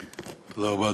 תודה רבה.